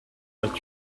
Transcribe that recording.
but